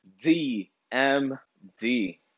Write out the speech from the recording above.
DMD